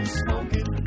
smoking